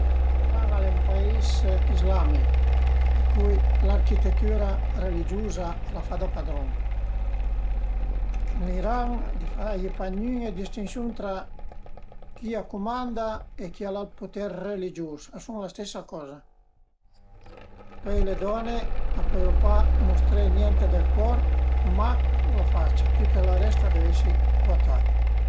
Al e sempre piazüme giöghi cun i ciat, i ciat a i pias vëddi le coze ch'a bugiu, alura magari pìavu ün stupun, lu tacavu a ün fil e cuminciavu a curi cun me fil e ël ciat a curìa darera a lë stupun opüra sü vizin a ca a ie ën pumé ch'a perd tüti i pum, alura ciapu i pum, i tiru ën sa e ën la e i ciat a s'divertu a curìe darera